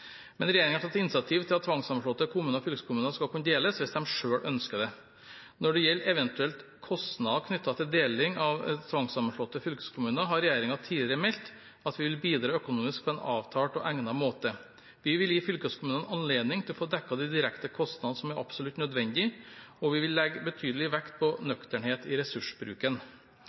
Men regjeringen har tatt initiativ til at tvangssammenslåtte kommuner og fylkeskommuner skal kunne deles, hvis de selv ønsker dette. Når det gjelder ev. kostnader knyttet til deling av tvangssammenslåtte fylkeskommuner, har regjeringen tidligere meldt at vi vil bidra økonomisk på en avtalt og egnet måte. Vi vil gi fylkeskommunene anledning til å få dekket de direkte kostnadene som er absolutt nødvendige, og vi vil legge betydelig vekt på nøkternhet i ressursbruken.